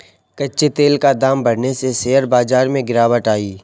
कच्चे तेल का दाम बढ़ने से शेयर बाजार में गिरावट आई